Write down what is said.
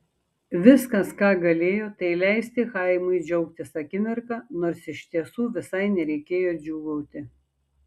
viskas ką galėjo tai leisti chaimui džiaugtis akimirka nors iš tiesų visai nereikėjo džiūgauti